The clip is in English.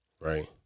right